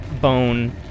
bone